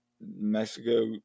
Mexico